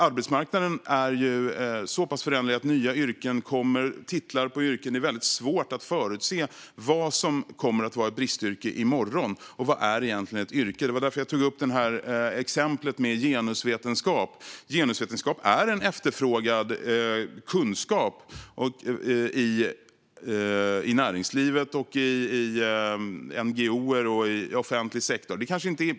Arbetsmarknaden är så pass föränderlig - det kommer nya yrken och titlar - att det är svårt att förutse vad som kommer att vara ett bristyrke i morgon. Och vad är egentligen ett yrke? Det var därför jag tog upp exemplet genusvetenskap, som är en efterfrågad kunskap i näringslivet, NGO:er och offentlig sektor.